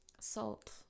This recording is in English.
Salt